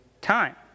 time